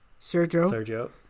Sergio